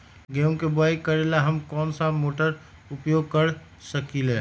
गेंहू के बाओ करेला हम कौन सा मोटर उपयोग कर सकींले?